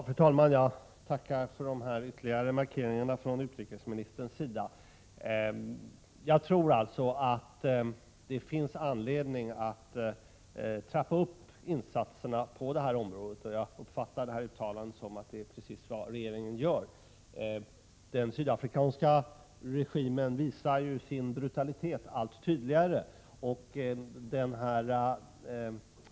Fru talman! Jag tackar för denna ytterligare markering från utrikesministerns sida. Jag tror alltså att det finns anledning att trappa upp insatserna på det här området, och jag uppfattar detta uttalande så, att det är precis vad regeringen gör. Den sydafrikanska regimen visar ju sin brutalitet allt tydligare.